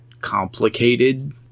complicated